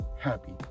Happy